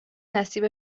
نصیب